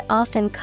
often